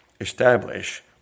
establish